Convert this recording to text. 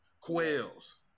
quails